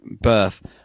birth